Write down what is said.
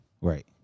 Right